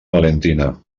valentina